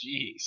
Jeez